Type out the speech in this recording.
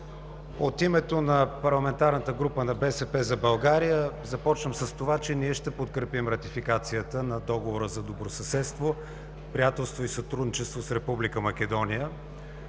От името на парламентарната група на „БСП за България“ започвам с това, че ние ще подкрепим ратификацията на Договора за добросъседство, приятелство и сътрудничество с Република Македония.